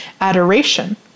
adoration